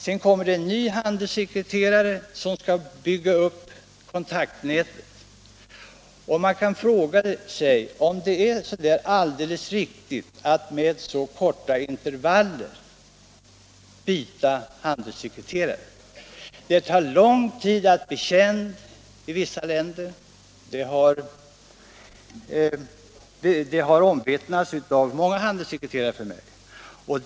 Sedan kommer en ny handelssekreterare som skall bygga upp kontaktnätet igen. Man kan fråga sig om det är alldeles riktigt att med så korta intervaller byta handelssekreterare. Det har omvittnats för mig av många handelssekreterare att det tar lång tid att bli känd i vissa länder.